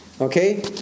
Okay